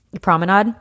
promenade